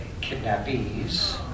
kidnappees